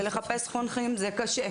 ולחפש חונכים זה קשה.